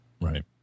Right